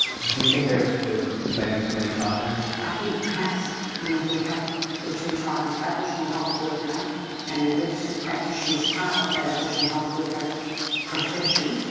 do you think there are maybe too many titles? i think perhaps you know if we have the two titles aboriginal health worker and registered practitioner as part of that aboriginal health worker profession.